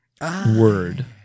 word